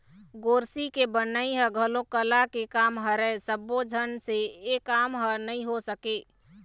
गोरसी के बनई ह घलोक कला के काम हरय सब्बो झन से ए काम ह नइ हो सके